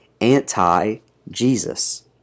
anti-Jesus